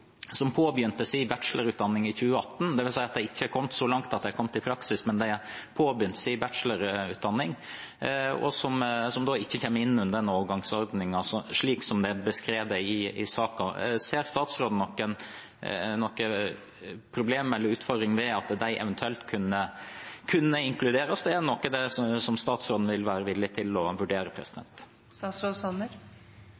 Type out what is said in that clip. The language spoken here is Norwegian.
kommet så langt at de har kommet i praksis, men de har påbegynt sin bachelorutdanning, og de kommer ikke inn under den overgangsordningen, slik det er beskrevet i saken. Ser statsråden noe problem eller noen utfordring ved at de eventuelt kunne inkluderes, og er det noe som statsråden vil være villig til å vurdere?